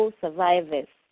survivors